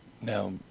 Now